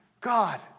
God